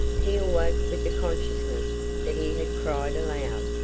he awoke with the consciousness that he had cried aloud,